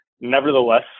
nevertheless